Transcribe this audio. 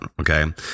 Okay